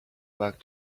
back